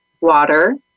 water